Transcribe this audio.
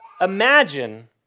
Imagine